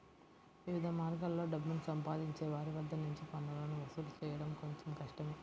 వివిధ మార్గాల్లో డబ్బుని సంపాదించే వారి వద్ద నుంచి పన్నులను వసూలు చేయడం కొంచెం కష్టమే